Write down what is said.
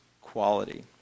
quality